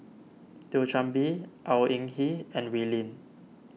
Thio Chan Bee Au Hing Yee and Wee Lin